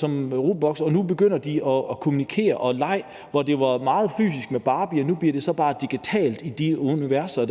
der robloxer, og nu begynder de at kommunikere og lege. Før var det meget fysiske lege med Barbiedukker, og nu bliver det så bare digitalt i de der universer.